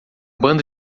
bando